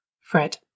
Fred